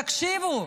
תקשיבו,